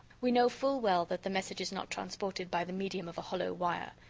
we know full well that the message is not transported by the medium of a hollow wire.